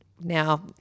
now